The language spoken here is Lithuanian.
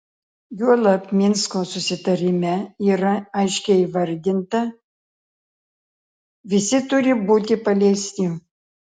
juolab minsko susitarime yra aiškiai įvardinta visi turi būti paleisti